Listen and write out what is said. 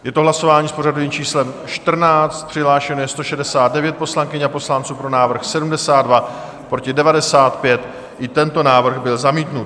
Je to hlasování s pořadovým číslem 14, přihlášeno je 169 poslankyň a poslanců, pro návrh 72, proti 95, i tento návrh byl zamítnut.